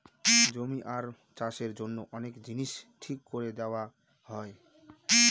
জমি আর চাষের জন্য অনেক জিনিস ঠিক করে নেওয়া হয়